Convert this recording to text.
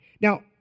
Now